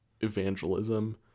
evangelism